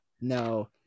No